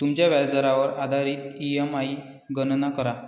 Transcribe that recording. तुमच्या व्याजदरावर आधारित ई.एम.आई गणना करा